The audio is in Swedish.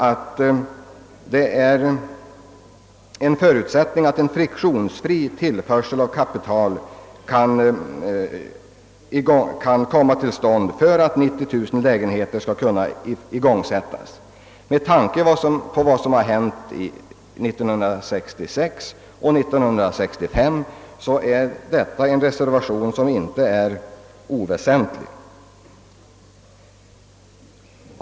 Det heter i finansplanen att en friktionsfri tillförsel av kapital är en förutsättning för att byggande av 90000 lägenheter skall kunna igångsättas. Med tanke på vad som hänt 1965 och 1966 är detta en icke oväsentlig reservation.